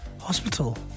Hospital